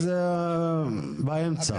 באמצע.